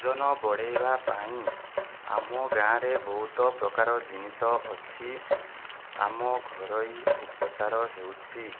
ଓଜନ ବଢ଼େଇବା ପାଇଁ ଆମ ଗାଁରେ ବହୁତ ପ୍ରକାର ଜିନିଷ ଅଛି ଆମ ଘରୋଇ ଉପଚାର ହେଉଛି